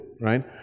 right